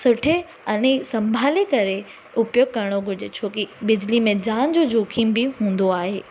सुठे अणे संभाले करे उपयोगु करिणो घुरिजे छो की बिजली में जान जो जोखिम बि हूंदो आहे